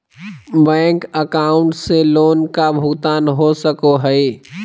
Bank account से loan का भुगतान हो सको हई?